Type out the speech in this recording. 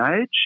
age